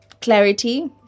clarity